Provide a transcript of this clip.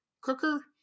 Cooker